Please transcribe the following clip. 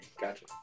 gotcha